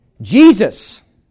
Jesus